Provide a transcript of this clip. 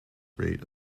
rate